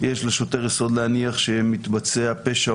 "יש לשוטר יסוד להניח שמתבצע פשע,